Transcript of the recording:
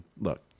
look